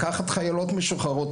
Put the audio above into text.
לקחת חיילות משוחררות,